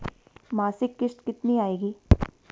मासिक किश्त कितनी आएगी?